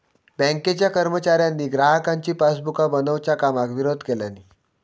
बँकेच्या कर्मचाऱ्यांनी ग्राहकांची पासबुका बनवच्या कामाक विरोध केल्यानी